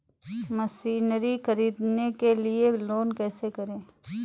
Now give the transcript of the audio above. Machinery ख़रीदने के लिए लोन कैसे करें?